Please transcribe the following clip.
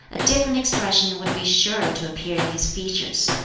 a different expression would be sure to appear in his features,